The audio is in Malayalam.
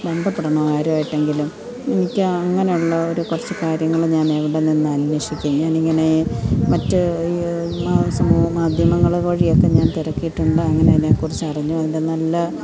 ബന്ധപ്പെടണോ ആരുമായിട്ടെങ്കിലും എനിക്ക് അങ്ങനെയുള്ള ഒരു കുറച്ചു കാര്യങ്ങൾ ഞാൻ എവിടെ നിന്നാണ് അന്വേഷിക്കും ഞാൻ ഇങ്ങനെ മറ്റ് ന്യൂസിലും മാധ്യമങ്ങൾ വഴിയൊക്കെ ഞാൻ തിരക്കിയിട്ടുണ്ട് അങ്ങനെ ഇതിനെക്കുറിച്ച് അറിഞ്ഞു അതിൻ്റെ നല്ല